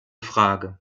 frage